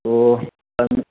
ꯑꯣ